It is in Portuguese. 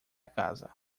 casa